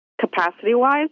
capacity-wise